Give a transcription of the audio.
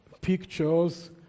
pictures